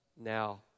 now